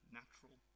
natural